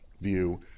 view